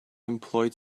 employed